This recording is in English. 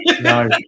No